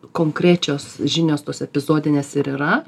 konkrečios žinios tos epizodinės ir yra